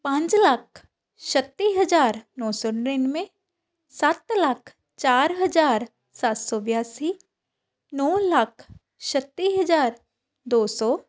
ਪੰਜ ਲੱਖ ਛੱਤੀ ਹਜ਼ਾਰ ਨੌ ਸੌ ਨੜਿਨਵੇਂ ਸੱਤ ਲੱਖ ਚਾਰ ਹਜ਼ਾਰ ਸੱਤ ਸੌ ਬਿਆਸੀ ਨੌ ਲੱਖ ਛੱਤੀ ਹਜ਼ਾਰ ਦੋ ਸੌ